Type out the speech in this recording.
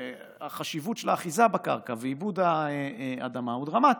והחשיבות של האחיזה בקרקע ועיבוד האדמה היא דרמטית.